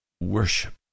Worship